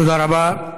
תודה רבה.